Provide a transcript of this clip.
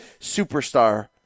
superstar